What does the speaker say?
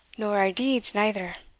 nor our deeds neither,